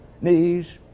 knees